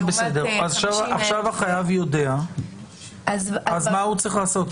עכשיו החייב יודע, מה הוא צריך לעשות?